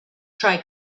try